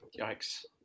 Yikes